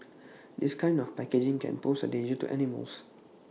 this kind of packaging can pose A danger to animals